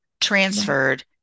transferred